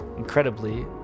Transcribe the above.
Incredibly